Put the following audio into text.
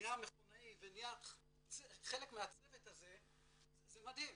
נהיה מכונאי ונהיה חלק מהצוות הזה זה מדהים.